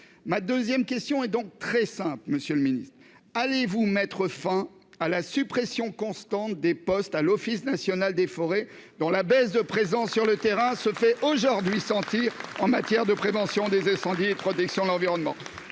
Ma seconde question est donc très simple, monsieur le ministre : allez-vous mettre fin à la suppression constante de postes à l'Office national des forêts, dont la présence déclinante sur le terrain se fait aujourd'hui sentir dans la prévention des incendies et dans la protection de l'environnement ?